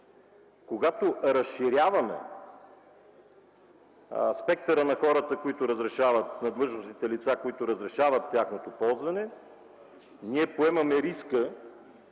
Когато разширяваме спектъра на хората, които разрешават на длъжностните лица тяхното ползване, ние поемаме риска